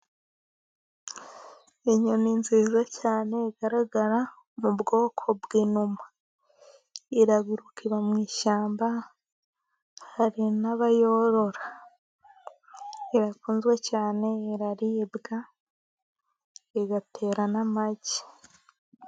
Inyoni nziza cyane igaragara mu bwoko bw'inuma. iraguruka iba mu ishyamba, hari n'abayorora. Irakunzwe cyane, iraribwa, igatera n'amagi.